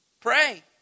Pray